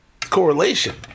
correlation